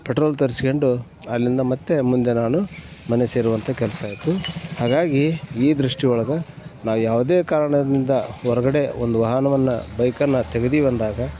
petrol ತರ್ಸ್ಕೊಂಡು ಅಲ್ಲಿಂದ ಮತ್ತೆ ಮುಂದೆ ನಾನು ಮನೆ ಸೇರುವಂತಹ ಕೆಲಸ ಆಯಿತು ಹಾಗಾಗಿ ಈ ದೃಷ್ಟಿ ಒಳಗೆ ನಾವು ಯಾವುದೇ ಕಾರಣದಿಂದ ಹೊರಗಡೆ ಒಂದು ವಾಹನವನ್ನು ಬೈಕನ್ನು ತೆಗೆದೀವಿ ಅಂದಾಗ